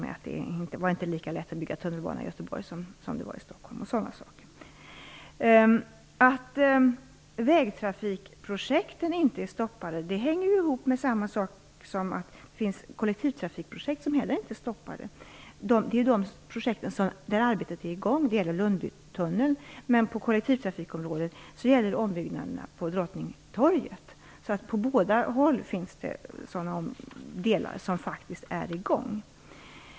Det var t.ex. inte lika lätt att bygga tunnelbana i Göteborg som det var i Stockholm osv. Vägtrafikprojekten är inte stoppade av samma anledning som vissa kollektivtrafikprojekt inte heller är stoppade. Det gäller de projekt där arbetet är i gång. Det gäller Lundbytunneln. Men på kollektivtrafikområdet gäller det ombyggnaderna på Drottningtorget. På båda håll finns det alltså sådana delar som faktiskt är i gång.